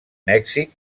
mèxic